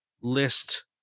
list